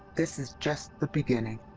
this is just the beginning.